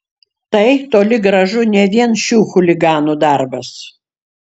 tai toli gražu ne vien šių chuliganų darbas